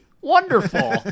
wonderful